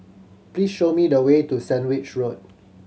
please show me the way to Sandwich Road